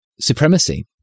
supremacy